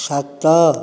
ସାତ